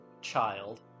child